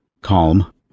Calm